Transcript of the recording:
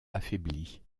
affaibli